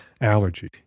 allergy